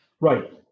Right